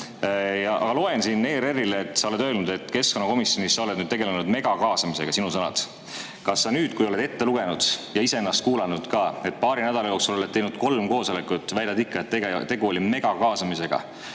loen siin, et ERR-ile sa oled öelnud, et keskkonnakomisjonis sa oled tegelenud megakaasamisega – sinu sõnad. Kas sa nüüd, kui oled ette lugenud – ja iseennast kuulanud ka –, et paari nädala jooksul oled teinud kolm koosolekut, väidad ikka, et tegu oli megakaasamisega?